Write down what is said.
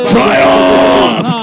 Triumph